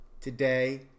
today